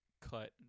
cut